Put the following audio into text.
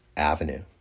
avenue